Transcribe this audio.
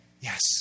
yes